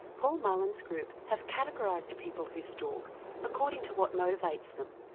paul mullen's group have categorised people who stalk according to what motivates them.